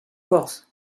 porzh